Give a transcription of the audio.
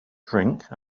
drink